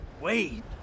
wait